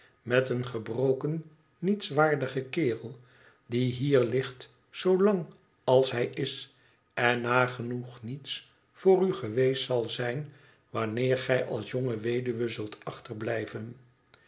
met een gebroken nietswaardigen kerel die hier ligt zoo lang als hij is en nagenoeg niets voor u geweest zal zijn waimeer gij als jonge weduwe zult achterblijven